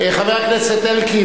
חבר הכנסת אלקין,